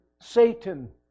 Satan